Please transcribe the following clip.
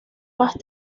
más